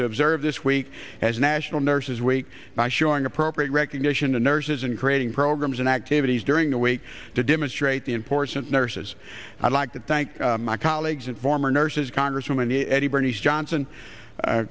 to observe this week as national nurses week by showing appropriate recognition to nurses and creating programs and activities during the week to demonstrate the importance nurses i'd like to thank my colleagues and former nurses congresswoman eddie bernice johnson